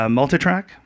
multi-track